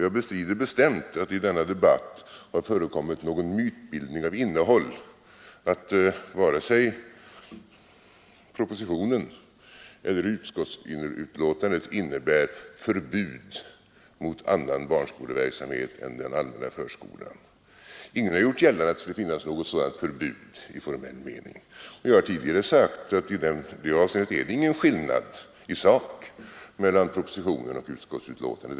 Jag bestrider bestämt att det i denna debatt förekommit någon mytbildning av innehåll att vare sig propositionen eller utskottsbetänkandet innebär förbud mot annan barnskoleverksamhet än den allmänna förskolan. Ingen har gjort gällande att det skulle finnas något sådant förbud i formell mening. Jag har tidigare sagt att det i detta avseende inte är någon skillnad i sak mellan propositionen och utskottsbetänkandet.